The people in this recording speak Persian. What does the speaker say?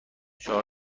چهار